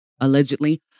allegedly